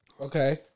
okay